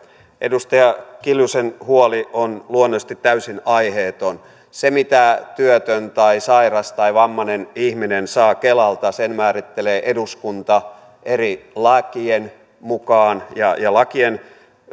edustaja kiljusen huoli on luonnollisesti täysin aiheeton sen mitä työtön tai sairas tai vammainen ihminen saa kelalta määrittelee eduskunta eri lakien mukaan ja ja